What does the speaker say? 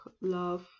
love